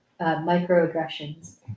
microaggressions